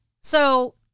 So-